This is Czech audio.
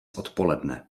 odpoledne